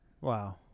Wow